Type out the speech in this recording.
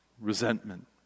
resentment